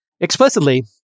explicitly